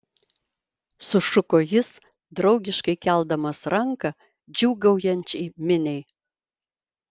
sušuko jis draugiškai keldamas ranką džiūgaujančiai miniai